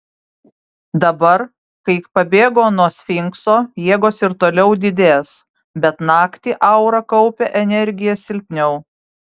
dabar kai pabėgo nuo sfinkso jėgos ir toliau didės bet naktį aura kaupia energiją silpniau